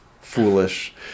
foolish